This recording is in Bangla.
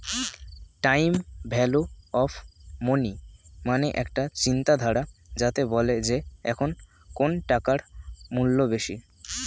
টাইম ভ্যালু অফ মনি মানে একটা চিন্তাধারা যাতে বলে যে এখন কোন টাকার মূল্য বেশি